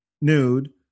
nude